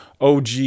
OG